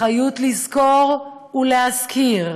אחריות לזכור ולהזכיר.